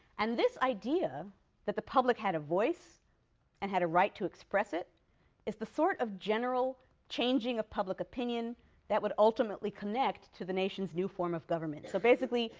and this idea that the public had a voice and had a right to express it is the sort of general changing of public opinion that would ultimately connect to the nation's new form of government. so basically,